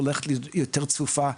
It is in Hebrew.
והולכת להיות יותר צפופה.